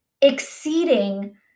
exceeding